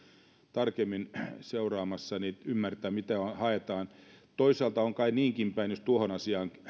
tarkemmin seuraamassa ymmärtämään mitä haetaan toisaalta on kai niinkin päin jos tuohon asiaan